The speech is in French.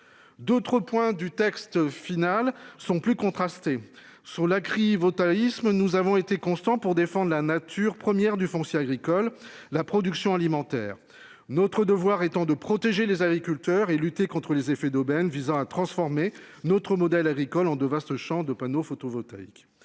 D'autres points du texte final sont plus contrastées sur la grille vos tabagisme, nous avons été constants pour défendre la nature première du foncier agricole la production alimentaire. Notre devoir étant de protéger les agriculteurs et lutter contre les effets d'aubaine visant à transformer notre modèle agricole en de vastes champs de panneaux photovoltaïques.